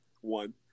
one